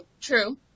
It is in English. true